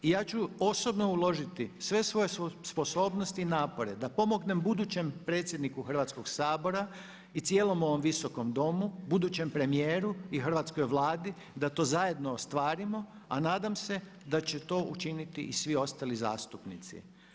I ja ću osobno uložiti sve svoje sposobnosti i napore da pomognem budućem predsjedniku Hrvatskog sabora i cijelom ovom Visokom domu, budućem premijeru i hrvatskoj Vladi da to zajedno ostvarimo, a nadam se da će to učiniti i svi ostali zastupnici.